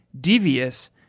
devious